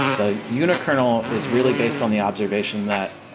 the unikernel is really based on the observation that,